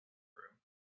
room